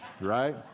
right